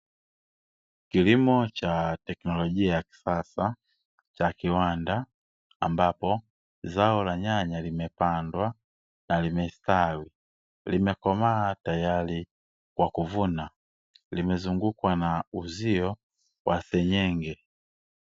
Kilimo cha teknologia ya kisasa cha kiwanda, ambapo zao la nyanya limepandwa na limestawi limekomaa tayari kwa kuvuna limezungukwa na uzio wa senyenge.